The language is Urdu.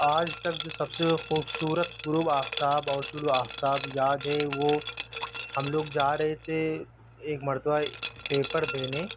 آج تک جو سب سے خوبصورت غروب آفتاب اور طلوع آفتاب یاد ہے وہ ہم لوگ جا رہے تھے ایک مرتبہ پیپر دینے